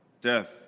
death